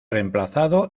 reemplazado